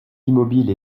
immobile